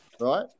right